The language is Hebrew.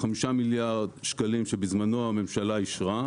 5 מיליארד השקלים שבזמנו הממשלה אישרה,